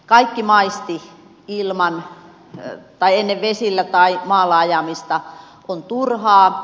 kaikki maisti ennen vesillä tai maalla ajamista on turhaa